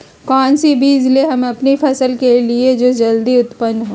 कौन सी बीज ले हम अपनी फसल के लिए जो जल्दी उत्पन हो?